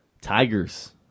Tigers